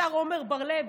לשר עמר בר לב,